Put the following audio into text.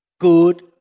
good